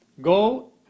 go